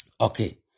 Okay